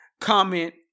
comment